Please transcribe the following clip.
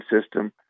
system